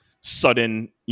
sudden